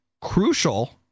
Crucial